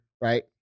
right